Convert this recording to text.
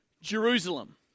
Jerusalem